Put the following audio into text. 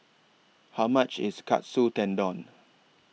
How much IS Katsu Tendon